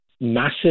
massive